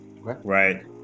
Right